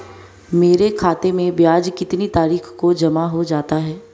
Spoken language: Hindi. मेरे खाते में ब्याज कितनी तारीख को जमा हो जाता है?